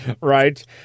Right